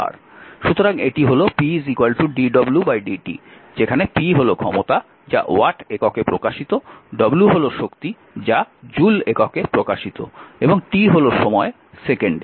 সুতরাং এটি হল pdwdt যেখানে p হল ক্ষমতা যা ওয়াট এককে প্রকাশিত w হল শক্তি যা জুল এককে প্রকাশিত এবং t হল সময় সেকেন্ডে